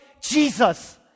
Jesus